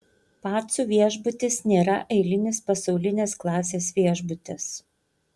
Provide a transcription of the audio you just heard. pacų viešbutis nėra eilinis pasaulinės klasės viešbutis